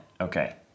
Okay